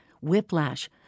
whiplash